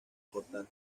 portal